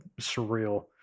surreal